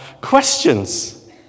questions